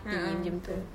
a'ah betul